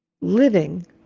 living